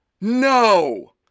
No